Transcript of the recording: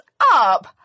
up